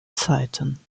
zeiten